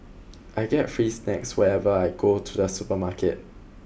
I get free snacks whenever I go to the supermarket